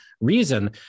reason